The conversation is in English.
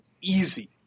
easy